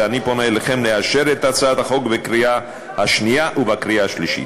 ואני פונה אליכם לאשר את הצעת החוק בקריאה השנייה ובקריאה השלישית.